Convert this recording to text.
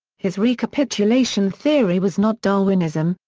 his recapitulation theory was not darwinism,